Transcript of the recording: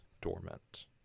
dormant